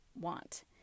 want